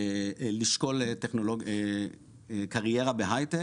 לשקול קריירה בהיי-טק.